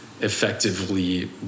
effectively